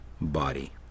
body